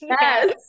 Yes